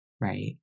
Right